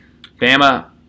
Bama